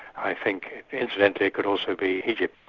i think incidentally it could also be egypt,